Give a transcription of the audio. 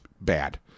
bad